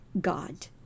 God